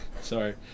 Sorry